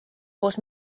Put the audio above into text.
koos